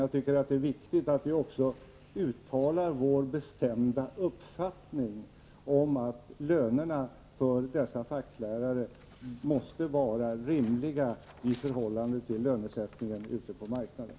Det är viktigt att vi också uttalar vår bestämda uppfattning att lönerna för dessa facklärare måste vara rimliga i förhållande till lönesättningen ute på marknaden.